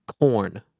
corn